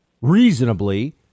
reasonably